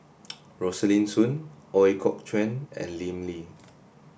Rosaline Soon Ooi Kok Chuen and Lim Lee